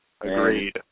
Agreed